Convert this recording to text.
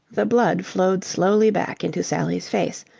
the blood flowed slowly back into sally's face,